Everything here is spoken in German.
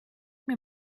mir